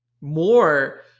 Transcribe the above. more